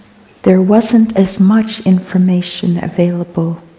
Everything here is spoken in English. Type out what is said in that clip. there wasn't as much information available.